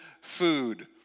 food